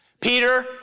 Peter